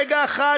רגע אחד,